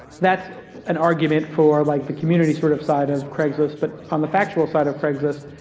that's an argument for like the community sort of side of craigslist, but on the factual side of craigslist,